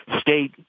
state